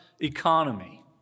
economy